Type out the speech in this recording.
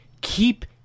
keep